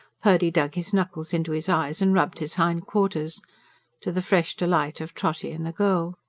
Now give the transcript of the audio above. purdy dug his knuckles into his eyes and rubbed his hindquarters to the fresh delight of trotty and the girl.